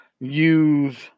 use